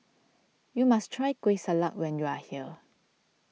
you must try Kueh Salat when you are here